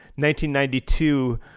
1992